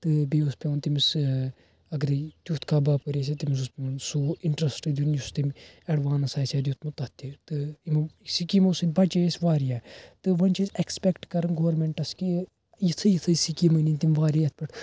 تہٕ بیٚیہِ اوس پٮ۪وان تٔمِس اگرَے تیُتھ کانٛہہ باپٲرۍ آسہِ ہہ تٔمِس اوس پٮ۪وان سُہ اِنٹرٛٮ۪سٹ دیُن یُس تٔمۍ ایٚڈوانٕس آسہِ ہہ دیُتمُت تَتھ تہِ تہٕ یِمو سکیٖمو سۭتۍ بچے أسۍ واریاہ تہٕ وۄنۍ چھِ أسۍ ایٚکسپیٚکٹ کران گورمنٹَس کہ یِژھے یِژھے سکیٖم أنِنۍ تِم واریاہ یتھ پٮ۪ٹھ